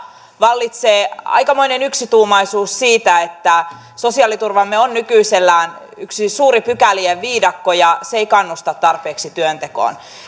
vallitsee aikamoinen yksituumaisuus siitä että sosiaaliturvamme on nykyisellään yksi suuri pykälien viidakko ja se ei kannusta tarpeeksi työntekoon